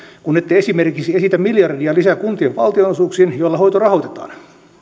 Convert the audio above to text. kun ette esimerkiksi esitä miljardia lisää kuntien valtionosuuksiin joilla hoito rahoitetaan